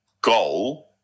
goal